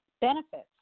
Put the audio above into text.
benefits